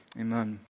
Amen